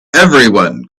everyone